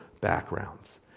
backgrounds